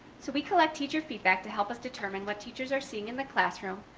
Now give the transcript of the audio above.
so we collect teacher feedback to help us determine what teachers are seeing in the classroom.